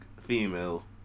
female